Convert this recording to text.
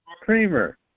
Kramer